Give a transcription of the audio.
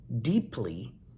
deeply